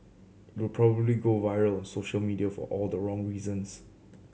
it would probably go viral social media for all the wrong reasons